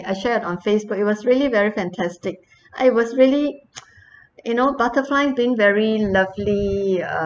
I shared on facebook it was really very fantastic I was really you know butterfly being very lovely uh